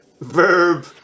verb